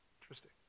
Interesting